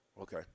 Okay